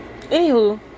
Anywho